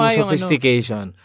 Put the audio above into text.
sophistication